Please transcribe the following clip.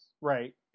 right